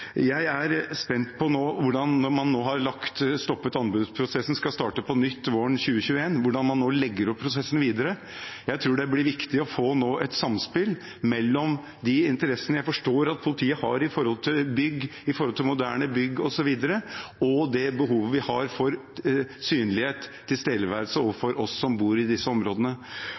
Jeg er nå spent på, når man har stoppet anbudsprosessen og skal starte på nytt våren 2021, hvordan man legger opp prosessen videre. Jeg tror det blir viktig å få til et samspill mellom de interessene jeg forstår at politiet har når det gjelder bygg, moderne bygg osv., og det behovet vi har for synlighet, tilstedeværelse overfor oss som bor i disse områdene.